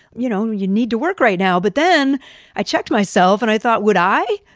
you know, you need to work right now. but then i checked myself and i thought, would i?